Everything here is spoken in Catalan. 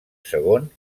segon